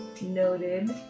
Noted